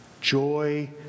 Joy